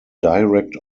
direct